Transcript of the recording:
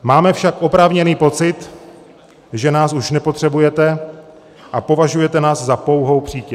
Máme však oprávněný pocit, že nás už nepotřebujete a považujete nás za pouhou přítěž.